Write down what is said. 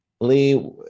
Lee